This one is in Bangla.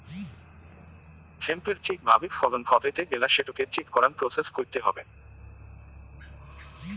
হেম্পের ঠিক ভাবে ফলন ঘটাইতে গেলা সেটোকে ঠিক করাং প্রসেস কইরতে হবে